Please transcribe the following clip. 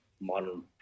modern